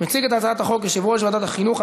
יציג את הצעת החוק יושב-ראש ועדת החינוך,